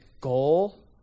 goal